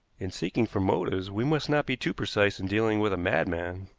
in seeking for motives we must not be too precise in dealing with a madman,